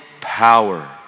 power